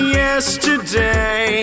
yesterday